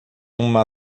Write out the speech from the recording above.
uma